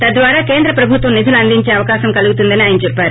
తద్యారా కేంద్ర ప్రభుత్వం నిధులు అందించే అవకాశం కలుగుతుందని ఆయన చెప్పారు